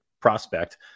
prospect